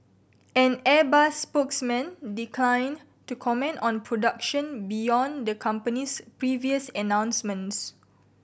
an Airbus spokesman declined to comment on production beyond the company's previous announcements